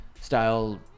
style